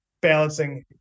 balancing